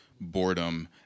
boredom